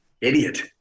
idiot